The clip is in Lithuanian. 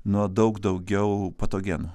nuo daug daugiau patogenų